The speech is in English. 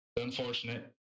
Unfortunate